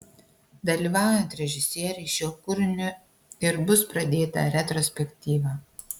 dalyvaujant režisieriui šiuo kūriniu ir bus pradėta retrospektyva